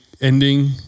ending